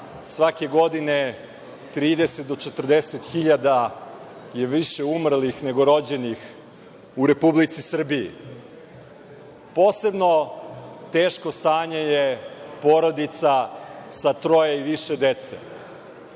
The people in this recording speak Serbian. svake godine 30 do 40.000 je više umrlih nego rođenih u Republici Srbiji. Posebno teško stanje je porodica sa troje i više dece.